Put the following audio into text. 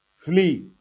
Flee